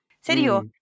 Serio